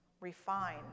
refine